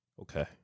Okay